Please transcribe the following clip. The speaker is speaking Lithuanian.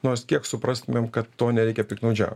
nors kiek suprastumėm kad tuo nereikia piktnaudžiaut